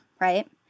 right